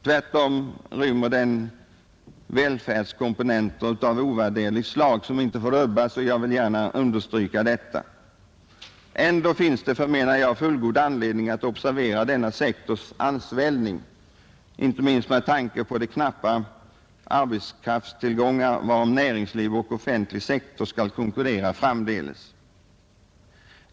Tvärtom rymmer den välfärdskomponenter av ovärderligt slag som inte får rubbas — jag vill gärna understryka detta. Ändå finns det, förmenar jag, fullgod anledning att observera denna sektors ansvällning, inte minst med tanke på de knappa arbetskraftstillgångar varom näringsliv och offentlig sektor skall konkurrera framdeles.